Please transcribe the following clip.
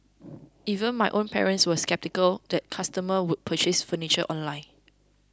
even my own parents were sceptical that customer would purchase furniture online